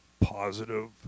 positive